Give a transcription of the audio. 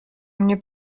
mnie